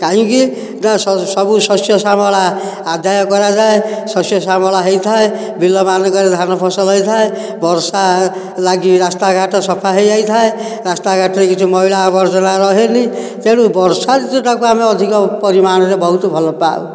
କାହିଁକି ନା ସବୁ ଶସ୍ୟ ଶ୍ୟାମଳା ଆଦାୟ କରାଯାଏ ଶସ୍ୟ ଶ୍ୟାମଳା ହୋଇଥାଏ ବିଲ ମାନଙ୍କରେ ଧାନ ଫସଲ ହୋଇଥାଏ ବର୍ଷା ଲାଗି ରାସ୍ତା ଘାଟ ସଫା ହୋଇ ଯାଇଥାଏ ରାସ୍ତା ଘାଟ ଏହି ଯେଉଁ ମଇଳା ଆବର୍ଜନା ରହେନି ତେଣୁ ବର୍ଷା ଋତୁଟାକୁ ଆମେ ଅଧିକ ପରିମାଣରେ ବହୁତ ଭଲ ପାଉ